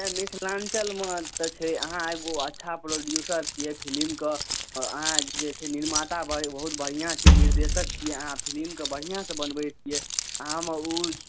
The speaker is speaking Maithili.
नहि मिथिलाञ्चलमे तऽ छै अहाँ एगो अच्छा प्रोड्यूसर छिए फिलिमके अहाँ जे छै निर्माता बहुत बढ़िआँ छिए निर्देशक छिए अहाँ फिलिमके बढ़िआँसँ बनबै छिए अहाँमे ओ